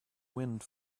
wind